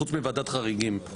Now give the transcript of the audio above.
חוץ מוועדת חריגים.